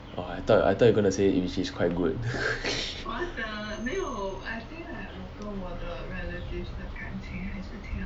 orh I thought I thought you gonna say which is quite good